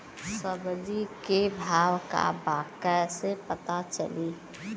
सब्जी के भाव का बा कैसे पता चली?